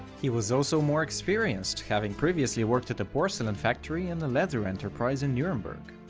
he was also more experienced, having previously worked at a porcelain factory and a leather enterprise in nuremberg.